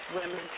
women